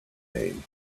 name